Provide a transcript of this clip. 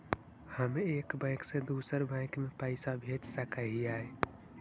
हम एक बैंक से दुसर बैंक में पैसा भेज सक हिय?